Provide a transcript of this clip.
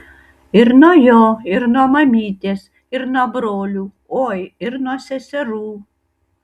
ir nuo jo ir nuo mamytės ir nuo brolių oi ir nuo seserų